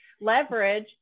leverage